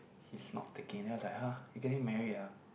he is not taking then I was like [huh] you getting married ah